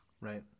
Right